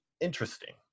interesting